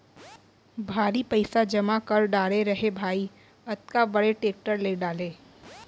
भारी पइसा जमा कर डारे रहें भाई, अतका बड़े टेक्टर ले डारे